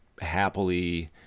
happily